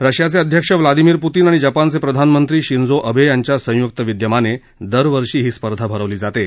रशियाचे अध्यक्ष Vladimir Putin आणि जपानचे प्रधानमंत्री शिंजो अबे यांच्या संयुक्त विद्यमाने दरवर्षी ही स्पर्धा भरवली जाते